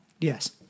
Yes